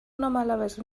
normalerweise